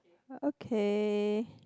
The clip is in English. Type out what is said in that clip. okay